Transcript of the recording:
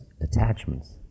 attachments